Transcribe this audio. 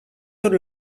tot